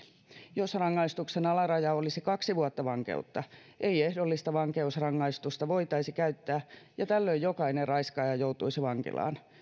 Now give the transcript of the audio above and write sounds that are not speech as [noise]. jos rangaistuksen alaraja olisi kaksi vuotta vankeutta [unintelligible] [unintelligible] ei ehdollista vankeusrangaistusta voitaisi käyttää [unintelligible] [unintelligible] [unintelligible] [unintelligible] [unintelligible] [unintelligible] [unintelligible] [unintelligible] ja tällöin jokainen raiskaaja joutuisi vankilaan